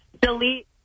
delete